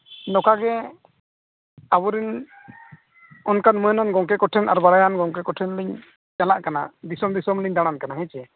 ᱱᱚᱝᱠᱟ ᱜᱮ ᱟᱵᱚ ᱨᱮᱱ ᱚᱱᱠᱟᱱ ᱢᱟᱹᱱᱟᱱ ᱜᱚᱢᱠᱮ ᱠᱚᱴᱷᱮᱱ ᱟᱨ ᱵᱟᱲᱟᱭᱟᱱ ᱜᱚᱢᱠᱮ ᱠᱚᱴᱷᱮᱱ ᱞᱤᱧ ᱪᱟᱞᱟᱜ ᱠᱟᱱᱟ ᱫᱤᱥᱚᱢ ᱫᱤᱥᱚᱢ ᱞᱤᱧ ᱫᱟᱬᱟᱱ ᱠᱟᱱᱟ